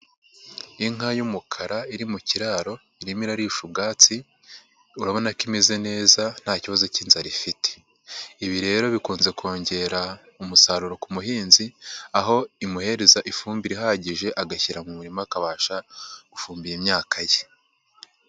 Inka y'umukara iri mu kiraro irimo irarisha ubwatsi, urabona ko imeze neza nta kibazo cy'inzara ifite. Ibi rero bikunze kongera umusaruro ku muhinzi, aho imuhereza ifumbire ihagije agashyira mu murima akabasha gufumbira imyaka ye.